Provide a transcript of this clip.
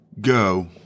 go